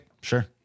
sure